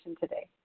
today